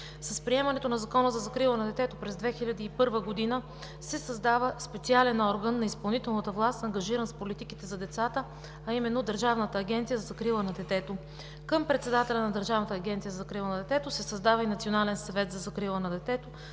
С приемането на Закона за закрила на детето през 2001 г. се създава специален орган на изпълнителната власт, ангажиран с политиките за децата, а именно Държавната агенция за закрила на детето. Към председателя на Държавната агенция за закрила на детето се създава и Национален съвет за закрила на детето